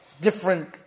different